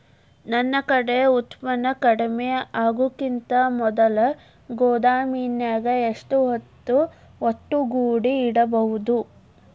ನನ್ ಕಡೆ ಉತ್ಪನ್ನ ಕಡಿಮಿ ಆಗುಕಿಂತ ಮೊದಲ ಗೋದಾಮಿನ್ಯಾಗ ಎಷ್ಟ ಹೊತ್ತ ಒಟ್ಟುಗೂಡಿ ಇಡ್ಬೋದು?